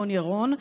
רון ירון,